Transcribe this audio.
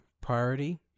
priority